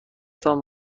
تان